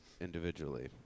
individually